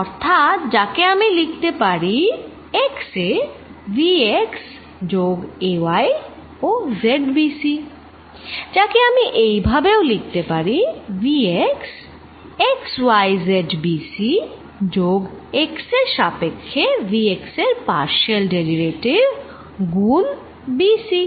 অর্থাৎ যাকে আমি লিখতে পারি x এ vx যোগ a y ও z b c যাকে আমি এই ভাবেও লিখতে পারি vx x y z b c যোগ x এর সাপেক্ষে vx এর পার্শিয়াল ডেরিভেটিভ গুন b c